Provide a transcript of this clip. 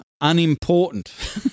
unimportant